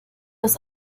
aus